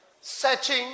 Searching